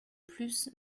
plus